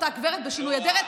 אותה הגברת בשינוי אדרת,